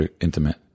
intimate